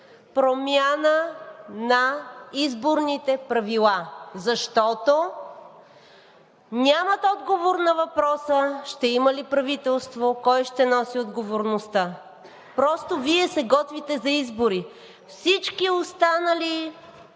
промяна на изборните правила. Защото нямат отговор на въпроса: ще има ли правителство, кой ще носи отговорността? Просто Вие се готвите за избори. Всички останали